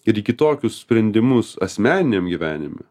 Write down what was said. ir į kitokius sprendimus asmeniniam gyvenime